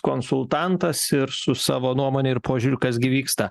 konsultantas ir su savo nuomone ir požiūriu kas gi vyksta